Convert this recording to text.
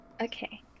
okay